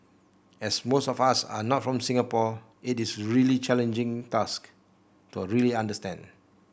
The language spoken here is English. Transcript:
as most of us are not from Singapore it is a really challenging task to really understand